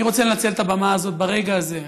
אני רוצה לנצל את הבמה הזאת ברגע הזה,